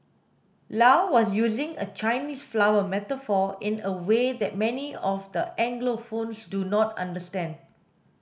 low was using a Chinese flower metaphor in a way that many of the Anglophones do not understand